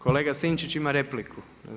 Kolega Sinčić ima repliku.